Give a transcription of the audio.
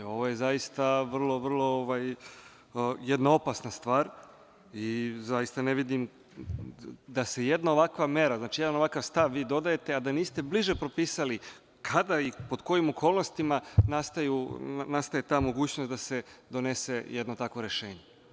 Ovo je zaista vrlo, vrlo jedna opasna stvar i zaista ne vidim da jedna ovakva mera, jedan ovakav stav vi dodajete, a da niste bliže propisali kada i pod kojim okolnostima nastaje ta mogućnost da se donese jedno takvo rešenje.